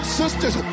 sisters